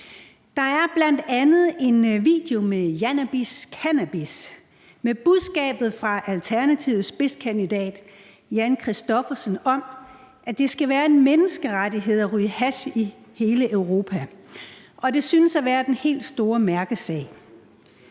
Der er bl.a. en video med omkvædet »Jannabis til Cannabis« med det budskab fra Alternativets spidskandidat, Jan Kristoffersen, om, at det skal være en menneskeret at ryge hash i hele Europa, og det synes at være den helt store mærkesag.